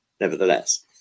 nevertheless